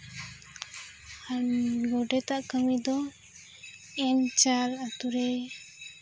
ᱟᱨ ᱜᱚᱰᱮᱛᱟᱜ ᱠᱟᱹᱢᱤ ᱫᱚ ᱮᱢ ᱪᱟᱞ ᱟᱛᱳᱨᱮᱭ